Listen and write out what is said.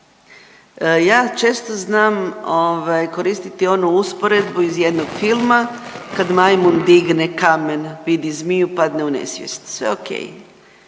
Ja često znam koristiti onu usporedbu iz jednog filma kad majmun digne kamen vidi zmiju i padne u nesvijest. Sve o.k.